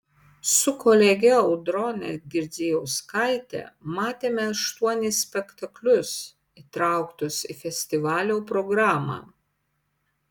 su kolege audrone girdzijauskaite matėme aštuonis spektaklius įtrauktus į festivalio programą